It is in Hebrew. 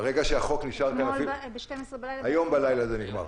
ברגע שהחוק --- אתמול בשעה 24:00 --- היום בלילה זה נגמר.